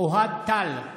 אוהד טל,